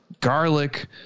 garlic